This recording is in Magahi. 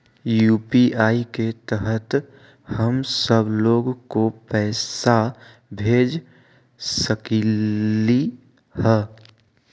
यू.पी.आई के तहद हम सब लोग को पैसा भेज सकली ह?